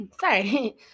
sorry